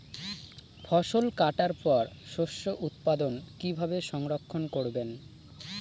ফসল কাটার পর শস্য উৎপাদন কিভাবে সংরক্ষণ করবেন?